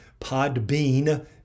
podbean